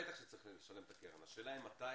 בטח שצריך לשלם את הקרן אבל השאלה היא מתי,